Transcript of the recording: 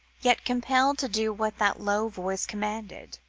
yet compelled to do what that low voice commanded.